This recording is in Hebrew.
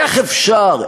איך אפשר?